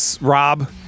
Rob